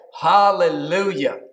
hallelujah